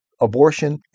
abortion